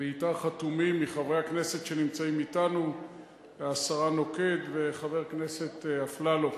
ואתה חתומים מחברי הכנסת שנמצאים אתנו השרה נוקד וחבר הכנסת אפללו.